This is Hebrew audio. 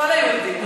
כל היהודים.